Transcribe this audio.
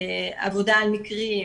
עבודה על מקרים,